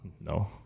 No